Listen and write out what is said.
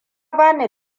bani